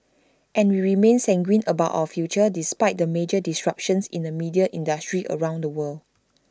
and we remain sanguine about our future despite the major disruptions in the media industry around the world